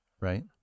right